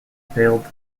failed